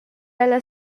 ella